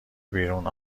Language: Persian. بیرون